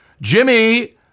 Jimmy